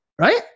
Right